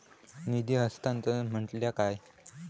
निधी हस्तांतरण म्हटल्या काय?